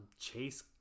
Chase